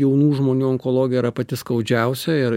jaunų žmonių onkologija yra pati skaudžiausia ir